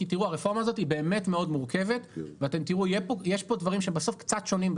הרפורמה הזאת היא באמת מאוד מורכבת ויש פה דברים שבסוף קצת שונים,